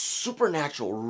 supernatural